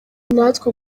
natwe